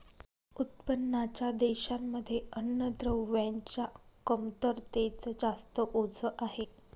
उत्पन्नाच्या देशांमध्ये अन्नद्रव्यांच्या कमतरतेच जास्त ओझ आहे